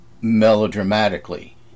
melodramatically